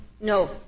No